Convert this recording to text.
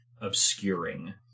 obscuring